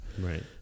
Right